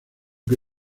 que